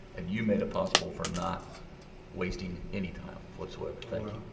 and you made it possible for not wasting any time whatsoever. thank